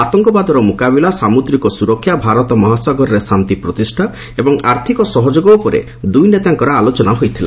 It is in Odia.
ଆତଙ୍କବାଦର ମୁକାବିଲା ସାମୁଦ୍ରିକ ସୁରକ୍ଷା ଭାରତ ମହାସାଗରରେ ଶାନ୍ତି ପ୍ରତିଷ୍ଠା ଏବଂ ଆର୍ଥିକ ସହଯୋଗ ଉପରେ ଦୂଇ ନେତାଙ୍କର ଆଲୋଚନା ହୋଇଥିଲା